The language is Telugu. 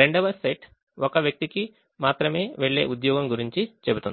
రెండవ సెట్ ఒక వ్యక్తికి మాత్రమే వెళ్ళే ఉద్యోగం గురించి చెప్తుంది